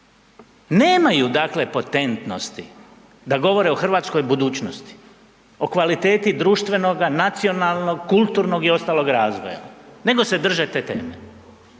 Nemaju, dakle potentnosti da govore o hrvatskoj budućnosti, o kvaliteti društvenoga, nacionalnog, kulturnog i ostalog razvoja nego se drže te teme